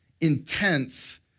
intense